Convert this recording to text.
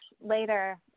later